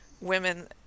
women